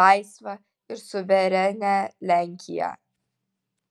laisvą ir suverenią lenkiją